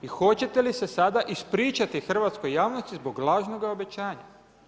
I hoćete li se sada ispričati hrvatskoj javnosti zbog lažnoga obećanja?